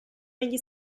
negli